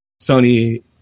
sony